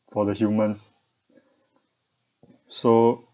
for the humans so